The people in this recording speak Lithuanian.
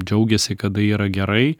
džiaugiasi kada yra gerai